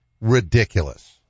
ridiculous